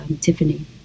Tiffany